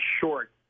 short